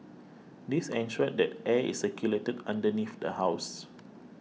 this ensured that air is circulated underneath the house